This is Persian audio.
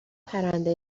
پرنده